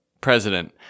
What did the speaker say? president